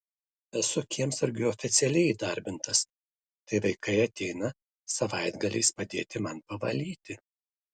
esu kiemsargiu oficialiai įdarbintas tai vaikai ateina savaitgaliais padėti man pavalyti